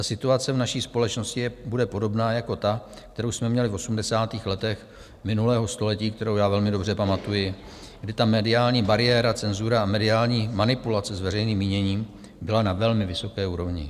Situace v naší společnosti je a bude podobná jako ta, kterou jsme měli v osmdesátých letech minulého století, kterou já velmi dobře pamatuji, kdy ta mediální bariéra, cenzura a mediální manipulace s veřejným míněním byla na velmi vysoké úrovni.